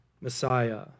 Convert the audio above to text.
Messiah